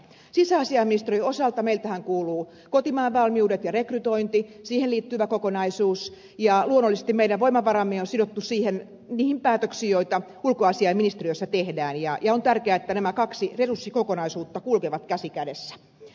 sisäasiainministeriön osalta meillehän kuuluu kotimaan valmiudet ja rekrytointi siihen liittyvä kokonaisuus ja luonnollisesti meidän voimavaramme on sidottu niihin päätöksiin joita ulkoasiainministeriössä tehdään ja on tärkeää että nämä kaksi resurssikokonaisuutta kulkevat käsi kädessä